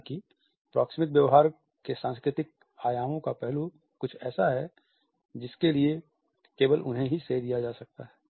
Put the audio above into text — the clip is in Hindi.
हालाँकि प्रोक्सेमिक व्यवहार के सांस्कृतिक आयामों का पहलू कुछ ऐसा है जिसके लिए केवल उन्हें ही श्रेय दिया जा सकता है